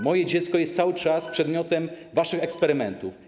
Moje dziecko jest cały czas przedmiotem waszych eksperymentów.